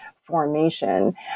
formation